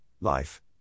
life